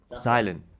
Silent